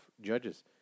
judges